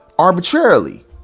arbitrarily